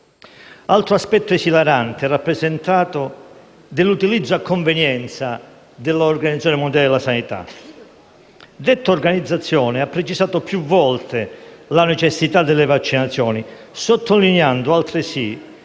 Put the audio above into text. Altro aspetto esilarante è rappresentato dall'utilizzo a convenienza dell'Organizzazione mondiale della sanità. L'OMS ha precisato più volte la necessità delle vaccinazioni, sottolineando altresì